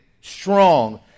Strong